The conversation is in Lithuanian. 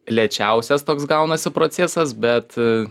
lėčiausias toks gaunasi procesas bet